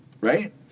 Right